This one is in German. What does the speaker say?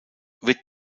wird